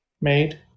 made